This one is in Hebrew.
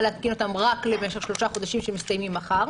להתקין אותן רק למשך שלושה חודשים שמסתיימים מחר,